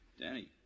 Danny